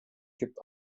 gibt